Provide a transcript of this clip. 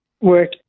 work